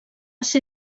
ser